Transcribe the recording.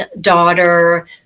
daughter